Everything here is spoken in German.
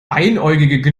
einäugige